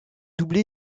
doublée